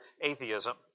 atheism